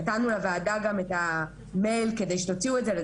נתנו לוועדה גם את המייל כדי שתוציאו את זה.